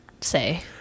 say